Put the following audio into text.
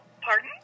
pardon